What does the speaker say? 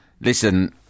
listen